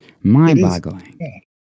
mind-boggling